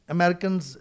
Americans